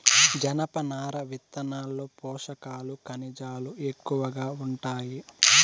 జనపనార విత్తనాల్లో పోషకాలు, ఖనిజాలు ఎక్కువగా ఉంటాయి